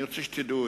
ואני רוצה שתדעו,